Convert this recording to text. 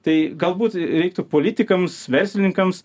tai galbūt reiktų politikams verslininkams